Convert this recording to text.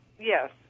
Yes